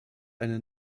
eine